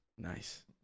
nice